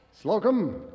Slocum